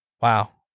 wow